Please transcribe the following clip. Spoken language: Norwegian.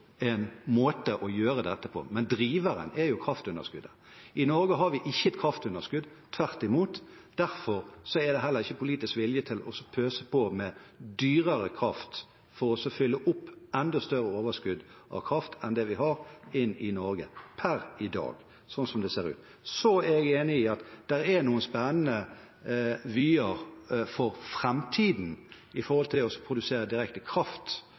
måte å gjøre dette på, men driveren er kraftunderskuddet. I Norge har vi ikke et kraftunderskudd, tvert imot. Derfor er det heller ikke politisk vilje til å pøse på med dyrere kraft for å fylle opp et enda større overskudd av kraft enn det vi har i Norge per i dag, sånn som det ser ut. Jeg er enig i at det er noen spennende vyer for framtiden når det gjelder det å produsere direkte kraft